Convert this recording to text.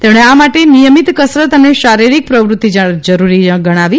તેમણે આ માટે નિથમિત કસરત અને શારીરીક પ્રવૃતિ જરૂરી ગણાવી